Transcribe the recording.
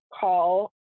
call